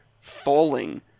falling